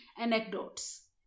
anecdotes